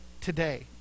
today